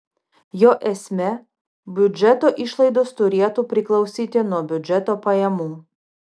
jo esmė biudžeto išlaidos turėtų priklausyti nuo biudžeto pajamų